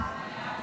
ההצעה